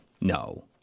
no